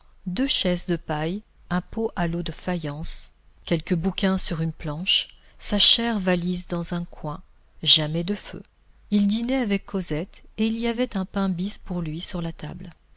deux chaises de paille un pot à l'eau de faïence quelques bouquins sur une planche sa chère valise dans un coin jamais de feu il dînait avec cosette et il y avait un pain bis pour lui sur la table